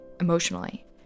emotionally